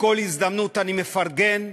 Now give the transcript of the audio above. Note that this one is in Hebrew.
בכל הזדמנות אני מפרגן,